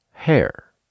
Hair